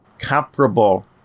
comparable